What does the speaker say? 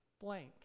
blank